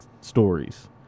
stories